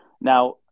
now